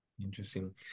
Interesting